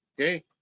Okay